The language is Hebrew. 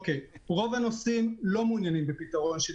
רוב הנוסעים לא מעוניינים בפתרון של